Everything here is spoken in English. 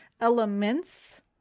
elements